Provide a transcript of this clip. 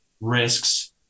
risks